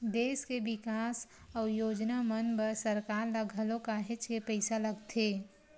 देस के बिकास अउ योजना मन बर सरकार ल घलो काहेच के पइसा लगथे